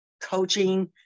coaching